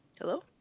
hello